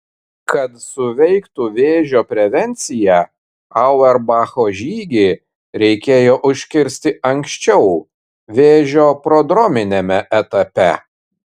kad suveiktų vėžio prevencija auerbacho žygį reikėjo užkirsti anksčiau vėžio prodrominiame etape